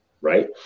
right